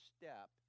step